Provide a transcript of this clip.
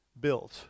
built